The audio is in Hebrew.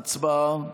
הצבעה.